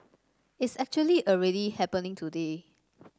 it's actually already happening today